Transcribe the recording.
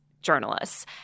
journalists